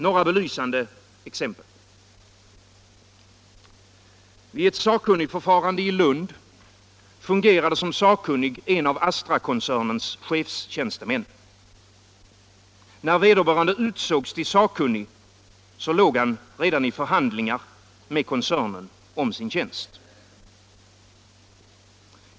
Några belysande exempel: Vid ett sakkunnigförfarande i Lund fungerade som sakkunnig en av Astrakoncernens chefstjänstemän. När vederbörande utsågs till sakkunnig låg han redan i förhandlingar med koncernen om sin tjänst.